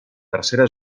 tercera